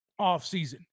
offseason